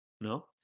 No